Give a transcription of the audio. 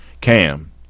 cam